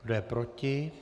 Kdo je proti?